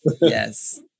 Yes